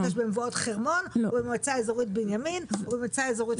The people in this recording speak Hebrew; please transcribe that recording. יש במבואות חרמון או במועצה אזורית בנימין או במועצה אזורית גולן.